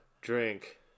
Drink